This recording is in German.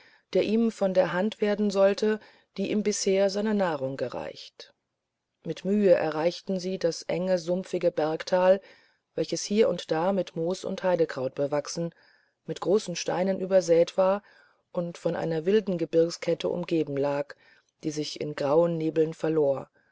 der ihm von der hand werden sollte die ihm bisher seine nahrung gereicht mit mühe erreichten sie das enge sumpfige bergtal welches hier und da mit moos und heidekraut bewachsen mit großen steinen übersäet war und von einer wilden gebirgskette umgeben lag die sich in grauen nebel verlor